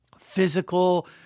Physical